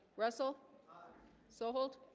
russell sold